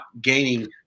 gaining